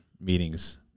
meetings